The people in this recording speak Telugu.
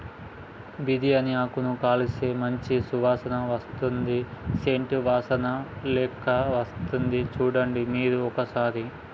బిరియాని ఆకును కాలిస్తే మంచి సువాసన వస్తది సేంట్ వాసనలేక్క వస్తది చుడండి మీరు ఒక్కసారి